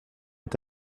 est